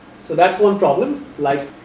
so, that is one problem like,